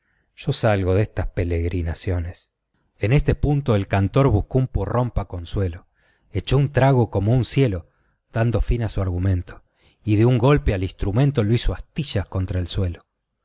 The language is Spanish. yo salgo de estas pelegrinaciones en este punto el cantor buscó un porrón pa consuelo echó un trago como un cielo dando fin a su argumento y de un golpe el instrumento lo hizo astillas contra el suelo